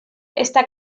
esta